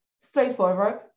straightforward